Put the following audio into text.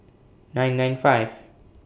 nine nine five